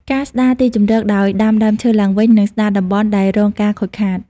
ការស្តារទីជម្រកដោយ ដាំដើមឈើឡើងវិញ និងស្តារតំបន់ដែលរងការខូចខាត។